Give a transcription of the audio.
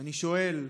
ואני שואל: